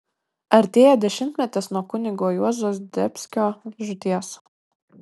artėja dešimtmetis nuo kunigo juozo zdebskio žūties